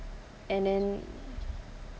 and then